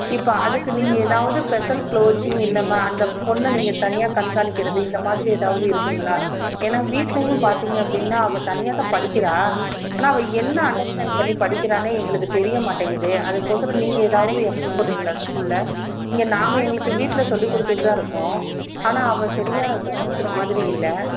இப்போ அதுக்கு நீங்கள் ஏதாவது ஸ்பெசல் கோச்சிங் இல்லை மா அந்த பொண்ணை நீங்கள் தனியாக கண்காணிக்கிறது இந்த மாதிரி ஏதாவது இருக்குதுங்களா ஏன்னால் வீட்லேயும் பார்த்தீங்க அப்படின்னா அவள் தனியாக தான் படிக்கிறாள் ஆனால் அவள் என்ன அண்ட்ரஸ்டாண்ட் படிக்கிறாள்னே எங்களுக்கு தெரிய மாட்டேங்குது அதுக்கோசரம் நீங்கள் ஏதாவது எஃபெக்ட் போடுறிங்களா ஸ்கூலில் இங்கே நாங்கள் எங்களுக்கு வீட்டில் சொல்லி கொடுத்துட்டு தான் இருக்கோம் ஆனால் அவள் சரியா கவனிக்கிற மாதிரி இல்லை